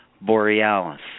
Borealis